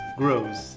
grows